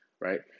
right